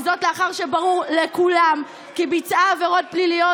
וזאת לאחר שברור לכולם כי ביצעה עבירות פליליות,